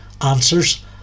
answers